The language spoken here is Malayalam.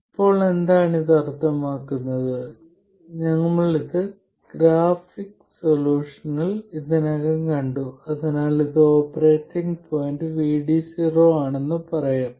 ഇപ്പോൾ ഇത് എന്താണ് അർത്ഥമാക്കുന്നത് ഞങ്ങൾ ഇത് ഗ്രാഫിക്കൽ സൊല്യൂഷനിൽ ഇതിനകം കണ്ടു അതിനാൽ ഇത് ഓപ്പറേറ്റിംഗ് പോയിന്റ് VD0 ആണെന്ന് പറയാം